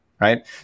right